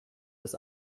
das